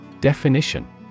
Definition